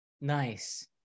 Nice